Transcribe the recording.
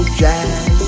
jazz